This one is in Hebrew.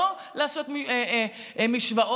לא לעשות משוואות,